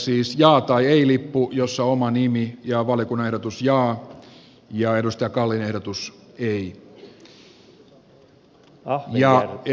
siis jaa tai ei lippu jossa on oma nimi ja valiokunnan ehdotus jaa ja timo kallin ehdotus ei